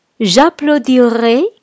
J'applaudirai